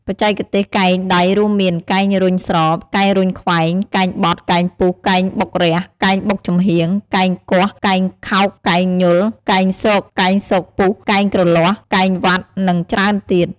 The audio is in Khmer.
បច្ចេកទេសកែងដៃរួមមាន កែងរុញស្រប កែងរុញខ្វែង កែងបត់ កែងពុះ កែងបុករះ កែងបុកចំហៀង កែងគាស់ កែងខោក កែងញុល កែងស៊ក កែងស៊កពុះ កែងគ្រលាស់ កែងវាត់ និងច្រើនទៀត។